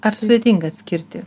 ar sudėtinga atskirti